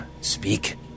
Speak